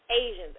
Asians